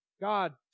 God